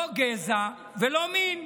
לא גזע ולא מין.